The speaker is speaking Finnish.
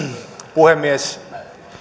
puhemies